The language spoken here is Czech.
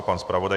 Pan zpravodaj?